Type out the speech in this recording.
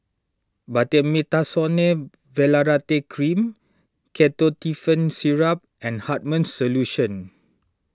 Betamethasone Valerate Cream Ketotifen Syrup and Hartman's Solution